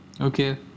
Okay